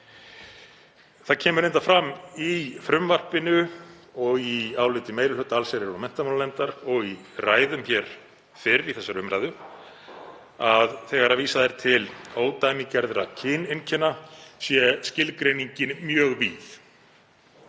Það kemur reyndar fram í frumvarpinu og í áliti meiri hluta allsherjar- og menntamálanefndar og í ræðum fyrr í þessari umræðu að þegar vísað er til ódæmigerðra kyneinkenna er skilgreiningin mjög víð.